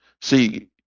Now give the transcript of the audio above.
See